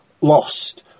lost